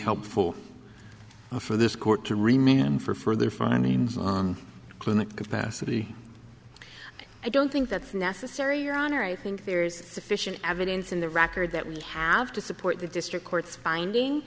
helpful for this court to remain and for further findings clinic capacity i don't think that's necessary your honor i think there's sufficient evidence in the record that we have to support the district court's finding